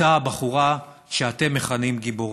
אותה בחורה שאתם מכנים גיבורה.